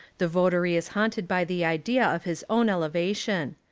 the votary is haunted by the idea of his own elevation.